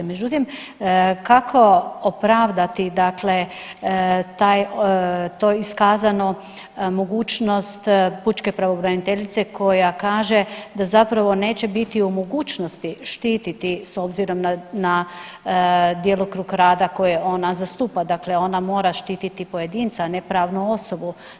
Međutim, kako opravdati to iskazanu mogućnost pučke pravobraniteljice koja kaže da zapravo neće biti u mogućnosti štititi s obzirom na djelokrug rada koje ona zastupa, dakle ona mora štititi pojedinca, a ne pravnu osobu.